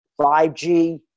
5G